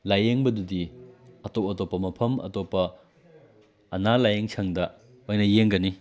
ꯂꯥꯏꯌꯦꯡꯕꯗꯨꯗꯤ ꯑꯇꯣꯞ ꯑꯇꯣꯞꯄ ꯃꯐꯝ ꯑꯇꯣꯞꯄ ꯑꯅꯥ ꯂꯥꯏꯌꯦꯡ ꯁꯪꯗ ꯑꯣꯏꯅ ꯌꯦꯡꯒꯅꯤ